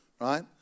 right